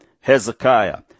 Hezekiah